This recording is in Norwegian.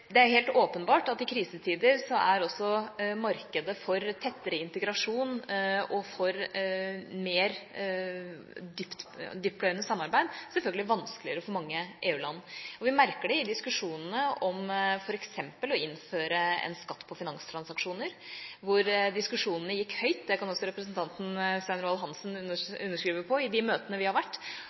Det er helt åpenbart at i krisetider er selvfølgelig også markedet for tettere integrasjon og mer dyptpløyende samarbeid vanskeligere for mange EU-land. Vi merker det i diskusjonene om f.eks. det å innføre en skatt på finanstransaksjoner, hvor diskusjonene har gått høyt – det kan også representanten Svein Roald Hansen underskrive på – i de møtene vi har vært,